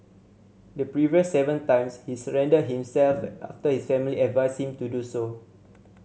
the previous seven times he surrendered himself his family advised him to do so